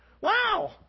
Wow